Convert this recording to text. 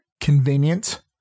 convenient